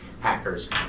hackers